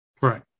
Right